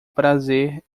prazer